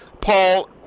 Paul